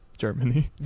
Germany